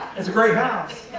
it's a great house,